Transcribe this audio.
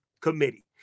committee